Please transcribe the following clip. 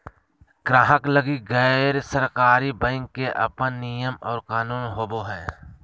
गाहक लगी गैर सरकारी बैंक के अपन नियम और कानून होवो हय